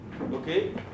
okay